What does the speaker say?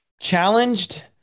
challenged